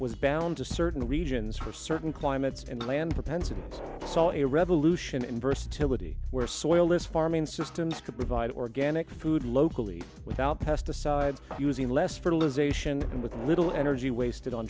was bound to certain regions for certain climates and land propensity saw a revolution in versatility where soil is farming systems to provide organic food locally without pesticides using less fertilization and with little energy wasted on